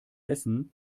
essen